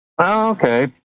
Okay